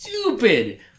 Stupid